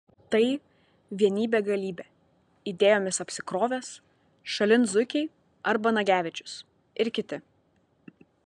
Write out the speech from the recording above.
tai vienybė galybė idėjomis apsikrovęs šalin zuikiai arba nagevičius ir kiti